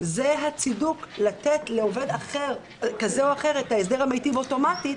זה הצידוק לתת לעובד כזה או אחר את ההסדר המיטיב אוטומטית?